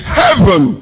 heaven